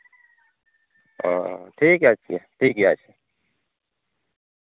ᱚᱻ ᱴᱷᱤᱠ ᱟᱪᱷᱮ ᱴᱷᱤᱠ ᱜᱮᱭᱟ ᱟᱪᱪᱷᱟ